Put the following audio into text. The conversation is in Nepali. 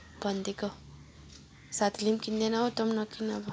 भनिदिएको साथीले पनि किन्दैन हो तँ पनि नकिन अब